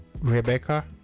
rebecca